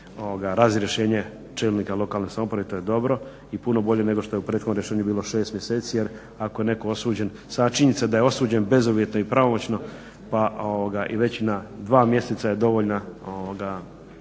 razrješenje čelnika lokalne samouprave, i to je dobro i puno bolje nego što je u prethodnom rješenju bilo 6 mjeseci. Jer ako je netko osuđen, sama činjenica da je osuđen bezuvjetno i pravomoćno i već na dva mjeseca je dovoljan